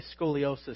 scoliosis